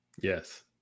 Yes